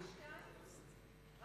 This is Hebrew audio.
רק שתיים?